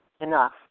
enough